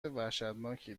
وحشتناکی